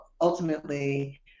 ultimately